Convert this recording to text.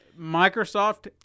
Microsoft